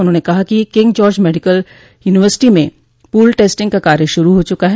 उन्होंने कहा कि किंगजार्ज मेडिकल यूनिवर्सिटी में पूल टेस्टिंग का कार्य शुरू हो चुका है